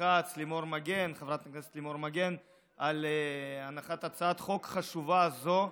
כץ ולימור מגן על הנחת הצעת חוק חשובה זו.